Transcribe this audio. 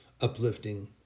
uplifting